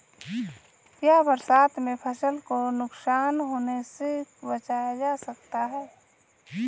क्या बरसात में फसल को नुकसान होने से बचाया जा सकता है?